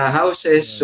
houses